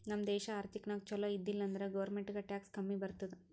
ನಮ್ ದೇಶ ಆರ್ಥಿಕ ನಾಗ್ ಛಲೋ ಇದ್ದಿಲ ಅಂದುರ್ ಗೌರ್ಮೆಂಟ್ಗ್ ಟ್ಯಾಕ್ಸ್ ಕಮ್ಮಿ ಬರ್ತುದ್